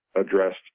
addressed